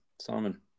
Simon